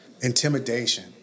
Intimidation